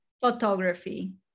photography